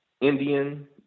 Indian